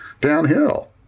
downhill